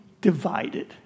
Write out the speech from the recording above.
divided